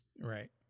right